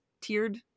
tiered